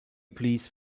please